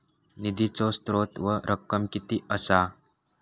निधीचो स्त्रोत व रक्कम कीती असा?